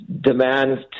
demands